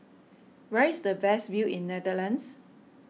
where is the best view in Netherlands